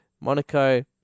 Monaco